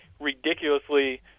ridiculously